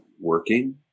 working